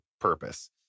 purpose